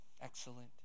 excellent